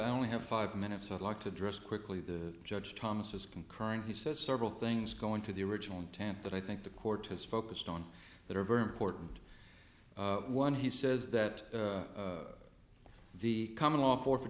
i only have five minutes i'd like to address quickly the judge thomas is concurrent he says several things going to the original intent but i think the court has focused on that are very important one he says that the common law for f